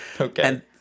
Okay